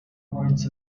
words